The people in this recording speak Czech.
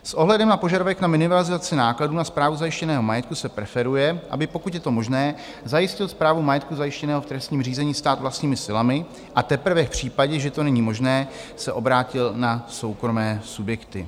S ohledem na požadavek na minimalizaci nákladů na správu zajištěného majetku se preferuje, aby, pokud je to možné, zajistil správu majetku zajištěného v trestním řízení stát vlastními silami, a teprve v případě, že to není možné, se obrátil na soukromé subjekty.